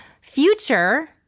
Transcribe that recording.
Future